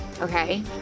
Okay